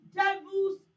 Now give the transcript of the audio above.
devil's